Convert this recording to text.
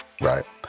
right